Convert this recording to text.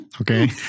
Okay